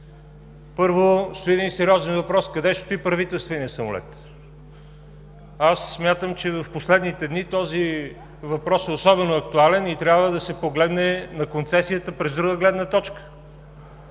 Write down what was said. Първо, стои един сериозен въпрос: къде ще стои правителственият самолет? Аз смятам, че в последните дни този въпрос е особено актуален и трябва да се погледне на концесията през друга гледна точка.